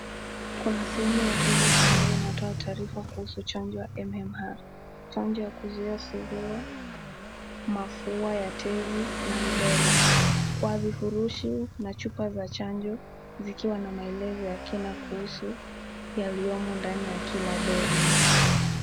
Kuna sehemu ya tuvuti ambayo inatoa taarifa kuhusu chanjo ya MMR , chanjo ya kuzuia suruwa, mafua ya tezi na rubela kwa vifurushi na chupa za chanjo zikiwa na maelezo ya kina kuhusu yaliyomo ndani ya kila dozi.